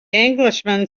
englishman